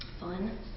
fun